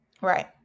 Right